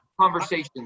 conversations